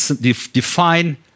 define